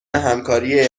همکاری